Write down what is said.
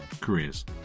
careers